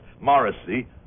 morrissey